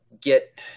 get